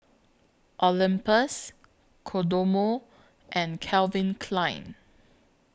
Olympus Kodomo and Calvin Klein